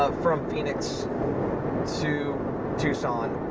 ah from phoenix to tucson,